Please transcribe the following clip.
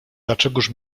dlaczegóż